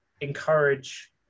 encourage